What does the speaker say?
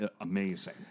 amazing